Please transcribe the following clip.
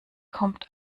kommt